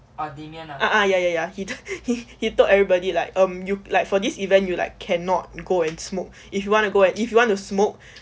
ah ya ya ya he he he told everybody like um you like for this event you like cannot go and smoke if you want to go and if you want to smoke